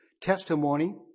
testimony